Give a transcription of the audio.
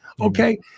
Okay